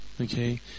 okay